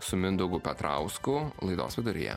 su mindaugu petrausku laidos viduryje